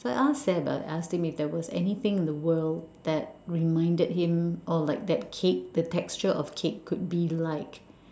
so I asked Seb I asked him if there was anything in the world that reminded him or like that cake the texture of cake could be like